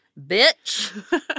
Bitch